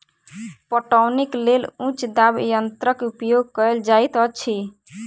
पटौनीक लेल उच्च दाब यंत्रक उपयोग कयल जाइत अछि